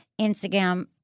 Instagram